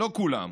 לא כולם,